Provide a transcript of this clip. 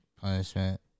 Punishment